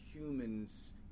humans